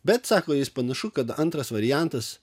bet sako jis panašu kad antras variantas